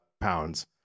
pounds